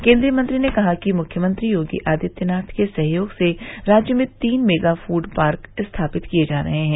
केन्द्रीय मंत्री ने कहा कि मुख्यमंत्री योगी आदित्यनाथ के सहयोग से राज्य में तीन मेगा फूड पार्क स्थापित किये जा रहे हैं